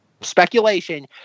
speculation